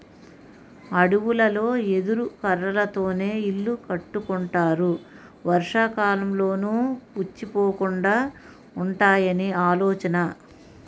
అడవులలో ఎదురు కర్రలతోనే ఇల్లు కట్టుకుంటారు వర్షాకాలంలోనూ పుచ్చిపోకుండా వుంటాయని ఆలోచన